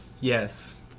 Yes